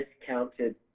discounted